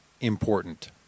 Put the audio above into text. important